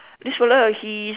this fella he